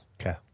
Okay